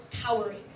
cowering